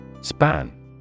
Span